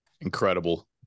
Incredible